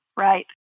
Right